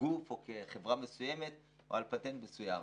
כגוף או כחברה מסוימת או על פטנט מסוים.